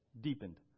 Deepened